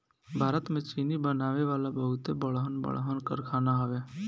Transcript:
भारत में चीनी बनावे वाला बहुते बड़हन बड़हन कारखाना हवे